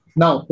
now